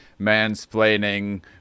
mansplaining